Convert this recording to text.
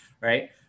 Right